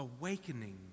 awakening